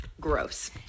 gross